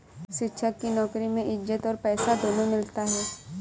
शिक्षक की नौकरी में इज्जत और पैसा दोनों मिलता है